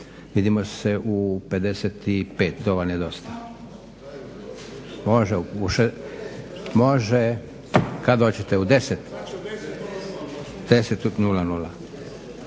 Vidimo se u 55. To vam je dosta. Može kad hoćete? U 10,00.